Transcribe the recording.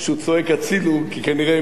כי כנראה הם גם הגיעו אליו הביתה,